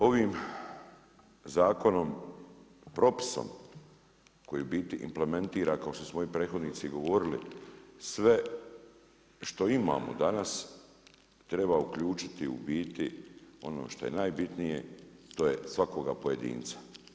Ovim zakonom i propisom koji u biti implementira kao što su moj prethodnici govorili sve što imamo danas, treba uključiti u biti, ono što je najbitnije, a to je svakoga pojedinca.